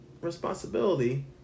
responsibility